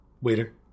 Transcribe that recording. Waiter